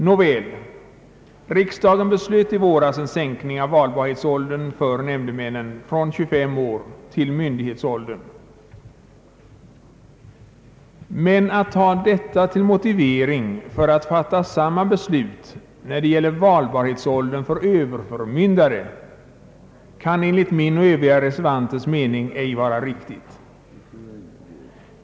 Nåväl, riksdagen beslöt i våras en sänkning av valbarhetsåldern för nämndemännen från 25 år till myndighetsåldern. Men att ta detta till motivering för att fatta samma beslut när det gäller valbarhetsåldern för Ööverförmyndare kan enligt min och övriga reservanters mening ej vara riktigt.